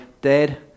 Dad